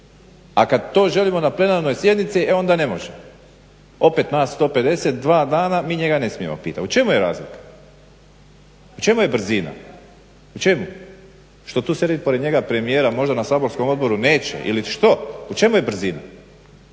a kad to želimo na plenarnoj sjednici e onda ne može. Opet nas 150 dva dana mi njega ne smijemo pitat. U čemu je razlika, u čemu je brzina, u čemu, što tu sjedi pored njega premijera možda na saborskom odboru neće ili što, u čemu je brzina?